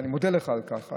ואני מודה לך על כך,